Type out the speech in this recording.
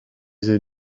zit